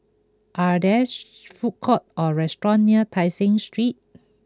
are there food courts or restaurants near Tai Seng Street